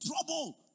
Trouble